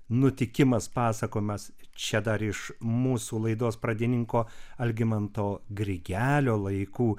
nutikimas pasakojamas čia dar iš mūsų laidos pradininko algimanto grigelio laikų